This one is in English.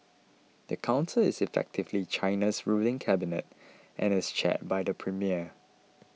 the council is effectively China's ruling cabinet and is chaired by the premier